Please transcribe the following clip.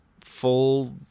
full